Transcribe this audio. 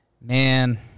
Man